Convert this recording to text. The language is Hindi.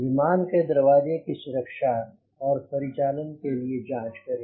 विमान के दरवाजे की सुरक्षा और परिचालन के लिए जांच करें